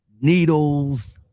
needles